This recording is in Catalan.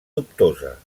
dubtosa